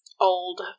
old